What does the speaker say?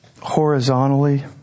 horizontally